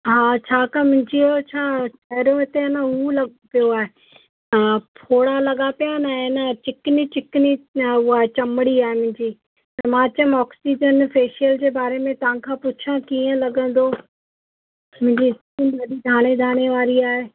हा छाकाणि जीअं छा पहिरों हिते आहे न हू लॻो पियो आहे त फोड़ा लॻा पिया आहिनि ऐं इन चिकनी चिकनी उहा चमड़ी आहे मुंहिंजी मां चयमि ऑक्सीजन फेशियल जे बारे में तव्हां खां पुछां कीअं लॻंदो मुंहिंजी स्कीन वॾी दाणे दाणे वारी आहे